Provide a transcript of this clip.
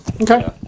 Okay